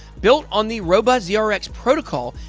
built on the robust zrx protocol,